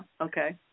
Okay